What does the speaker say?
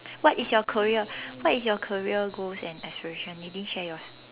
what is your career what is your career goals and aspiration you didn't share yours